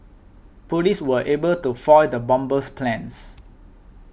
police were able to foil the bomber's plans